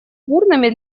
бурными